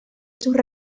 sus